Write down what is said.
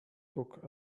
book